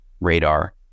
radar